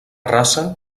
raça